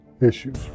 issues